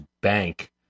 bank